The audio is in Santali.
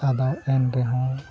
ᱟᱫᱚ ᱮᱱᱨᱮᱦᱚᱸ